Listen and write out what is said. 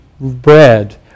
bread